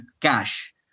cash